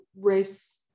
race